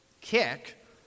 kick